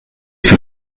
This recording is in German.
für